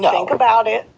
yeah like about it,